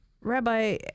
Rabbi